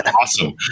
awesome